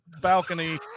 balcony